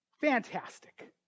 Fantastic